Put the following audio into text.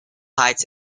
heights